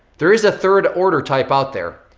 there is a third order type out there.